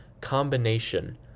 combination